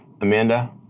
Amanda